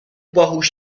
باهوش